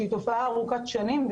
שהיא תופעה ארוכת שנים,